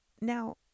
Now